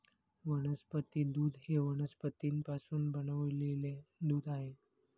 वनस्पती दूध हे वनस्पतींपासून बनविलेले दूध आहे